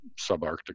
subarctic